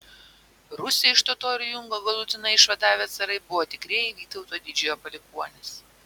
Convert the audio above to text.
rusią iš totorių jungo galutinai išvadavę carai buvo tikrieji vytauto didžiojo palikuonys